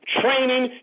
training